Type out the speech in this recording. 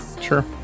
sure